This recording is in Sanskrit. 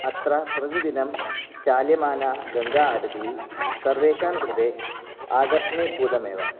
अत्र प्रतिदिनं चाल्यमान गङ्गाहारतिः सर्वेषां कृते आकर्षणीभूतमेव